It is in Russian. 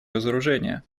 разоружения